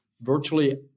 virtually